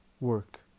work